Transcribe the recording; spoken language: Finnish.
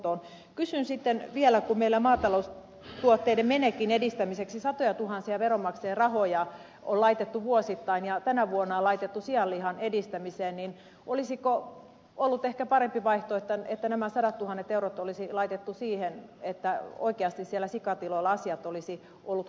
kysyn sitten vielä kun meillä on maataloustuotteiden menekin edistämiseksi laitettu satojatuhansia veronmaksajien rahoja vuosittain ja tänä vuonna on laitettu sianlihan edistämiseen niin olisiko ollut ehkä parempi vaihtoehto että nämä sadattuhannet eurot olisi laitettu siihen että oikeasti siellä sikatiloilla asiat olisivat olleet kunnossa